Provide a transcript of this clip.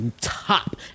top